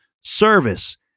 service